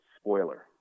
spoiler